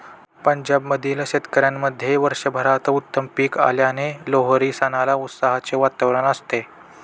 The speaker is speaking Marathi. पंजाब मधील शेतकऱ्यांमध्ये वर्षभरात उत्तम पीक आल्याने लोहरी सणाला उत्साहाचे वातावरण असते